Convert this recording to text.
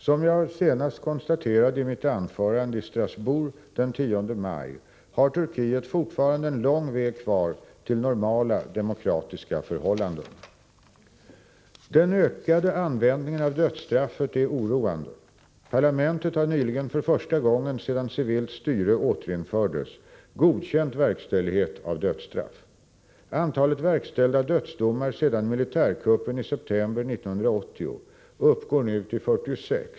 Som jag senast konstaterade i mitt anförande i Strasbourg den 10 maj har Turkiet fortfarande en lång väg kvar till normala demokratiska förhållanden. Den ökade användningen av dödsstraffet är oroande. Parlamentet har nyligen för första gången sedan civilt styre återinfördes godkänt verkställighet av dödsstraff. Antalet verkställda dödsdomar sedan militärkuppen i september 1980 uppgår nu till 46.